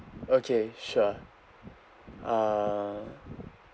okay sure uh